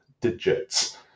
digits